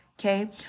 okay